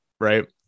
Right